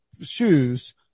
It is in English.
shoes